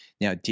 Now